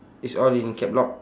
it's all in caps lock